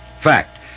Fact